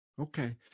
Okay